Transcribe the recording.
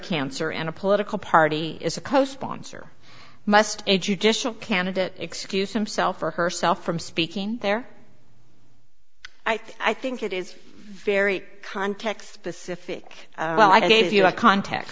cancer and a political party is a co sponsor must a judicial candidate excused himself or herself from speaking there i think it is very context specific well i gave you a cont